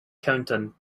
counting